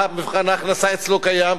מבחן ההכנסה אצלו קיים.